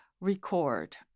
record